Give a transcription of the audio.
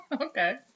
Okay